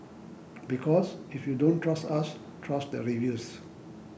because if you don't trust us trust the reviews